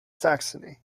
saxony